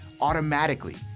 automatically